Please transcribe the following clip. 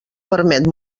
permet